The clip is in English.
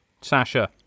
Sasha